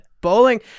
Bowling